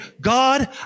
God